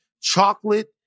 chocolate